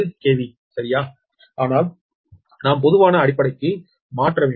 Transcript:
சரியா ஆனால் நாம் பொதுவான அடிப்படைக்கு மாற்ற வேண்டும்